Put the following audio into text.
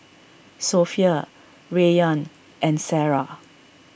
Sofea Rayyan and Sarah